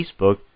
Facebook